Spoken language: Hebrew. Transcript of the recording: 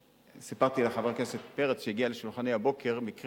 סיפרתי לחבר הכנסת פרץ שהבוקר הגיע לשולחני מקרה